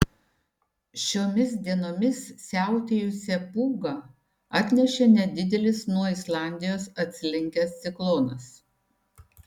šiomis dienomis siautėjusią pūgą atnešė nedidelis nuo islandijos atslinkęs ciklonas